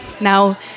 Now